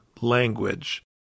language